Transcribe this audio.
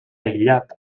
aïllat